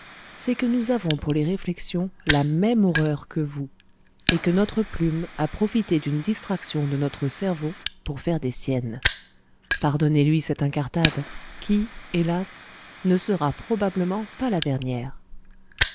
c'est que nous avons pour les réflexions la même horreur que vous et que notre plume a profité d'une distraction de notre cerveau pour faire des siennes pardonnez-lui cette incartade qui hélas ne sera probablement pas la dernière